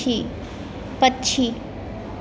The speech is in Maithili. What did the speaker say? पक्षी